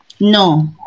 No